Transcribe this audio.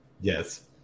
Yes